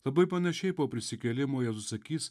labai panašiai po prisikėlimo jėzus sakys